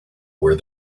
where